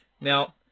Now